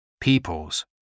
Peoples